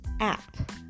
App